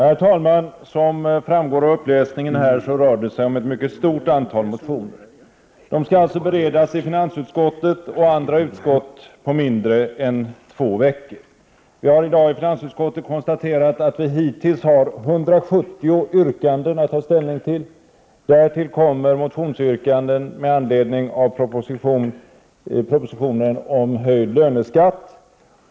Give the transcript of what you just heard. Herr talman! Som framgår av uppläsningen här rör det sig om ett mycket stort antal motioner. De skall beredas i finansutskottet och andra utskott inom mindre tid än två veckor. Vi har i dag i finansutskottet konstaterat att vi hittills har 170 yrkanden att ta ställning till. Därtill kommer motionsyrkanden med anledning av propositionen om höjd löneskatt.